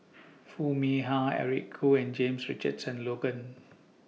Foo Mee Har Eric Khoo and James Richardson Logan